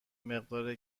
مقدار